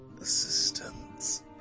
assistance